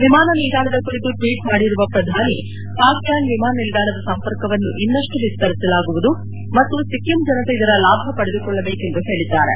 ವಿಮಾನ ನಿಲ್ದಾಣದ ಕುರಿತು ಟ್ವೀಟ್ ಮಾಡಿರುವ ಶ್ರಧಾನಿ ಪಾಕಿಯಾಂಗ್ ವಿಮಾನ ನಿಲ್ದಾಣದ ಸಂಪರ್ಕವನ್ನು ಇನ್ನಷ್ಟು ವಿಸ್ತರಿಸಲಾಗುವುದು ಮತ್ತು ಸಿಕ್ಕಿಂ ಜನತೆ ಇದರ ಲಾಭ ಪಡೆದುಕೊಳ್ಳಬೇಕು ಎಂದು ಹೇಳಿದ್ದಾರೆ